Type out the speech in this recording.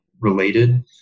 related